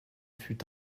fut